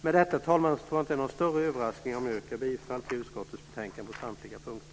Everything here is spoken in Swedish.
Med detta, herr talman, tror jag inte att det är någon större överraskning om jag yrkar bifall till utskottets förslag på samtliga punkter.